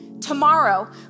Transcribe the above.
Tomorrow